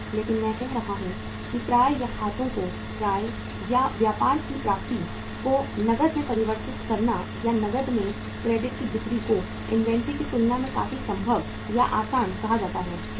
लेकिन मैं कह रहा हूं कि प्राप्य या खातों को प्राप्य या व्यापार की प्राप्ति को नकद में परिवर्तित करना या नकद में क्रेडिट की बिक्री को इन्वेंट्री की तुलना में काफी संभव या आसान कहा जाता है कैसे